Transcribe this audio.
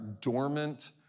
dormant